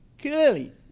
Clearly